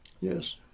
Yes